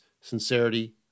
sincerity